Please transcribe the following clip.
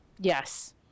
yes